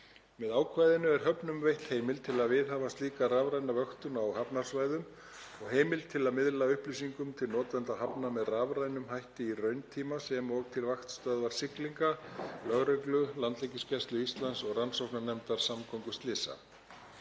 Með ákvæðinu er höfnum veitt heimild til að viðhafa slíka rafræna vöktun á hafnarsvæðum og heimild til að miðla upplýsingum til notenda hafna með rafrænum hætti í rauntíma sem og til Vaktstöðvar siglinga, lögreglu, Landhelgisgæslu Íslands og rannsóknarnefndar samgönguslysa.